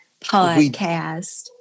podcast